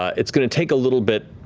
it's going to take a little bit,